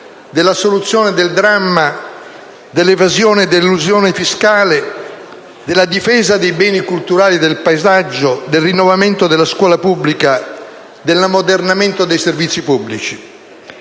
della soluzione del dramma dell'evasione e dell'elusione fiscale, della difesa dei beni culturali e del paesaggio, del rinnovamento della scuola pubblica, dell'ammodernamento dei servizi pubblici.